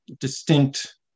distinct